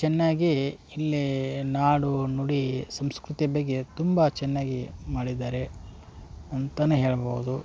ಚೆನ್ನಾಗಿ ಇಲ್ಲಿ ನಾಡು ನುಡಿ ಸಂಸ್ಕೃತಿ ಬಗ್ಗೆ ತುಂಬ ಚೆನ್ನಾಗಿ ಮಾಡಿದ್ದಾರೆ ಅಂತನೆ ಹೇಳ್ಬೌದು